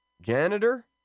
Janitor